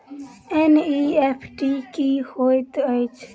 NEFT की होइत अछि?